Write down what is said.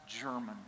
German